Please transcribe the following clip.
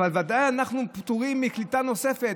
אבל ודאי אנחנו פטורים מקליטה נוספת.